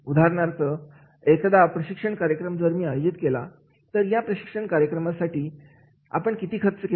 उदाहरणार्थ एकदा प्रशिक्षण कार्यक्रम जर मी आयोजित केला तर या प्रशिक्षण कार्यक्रमासाठी आपण किती खर्च केला